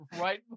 right